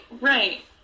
right